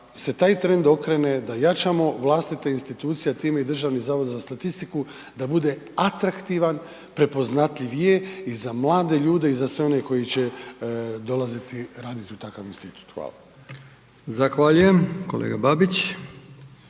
se taj trend okrene, da jačamo vlastite institucije, a time Državni zavod za statistiku, da bude atraktivan, prepoznatljiv je i za mlade ljude i za sve one koji će dolaziti raditi u takav institut. Hvala. **Brkić, Milijan